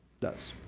does.